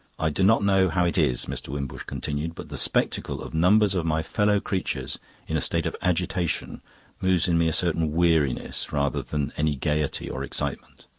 i do not know how it is, mr. wimbush continued, but the spectacle of numbers of my fellow-creatures in a state of agitation moves in me a certain weariness, rather than any gaiety or excitement.